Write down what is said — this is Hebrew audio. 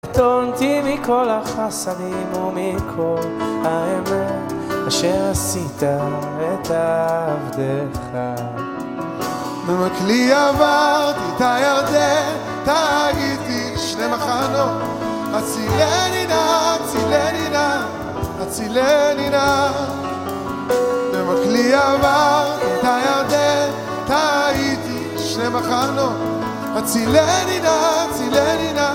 קטונתי מכל החסדים ומכל האמת אשר עשית את עבדך במקלי עברתי את הירדן עתה הייתי שני מחנות, הצילני נא הצילני נא הצילני נא.במקלי עברתי את הירדן עתה הייתי שני מחנות, הצילני נא הצילני נא